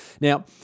Now